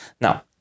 Now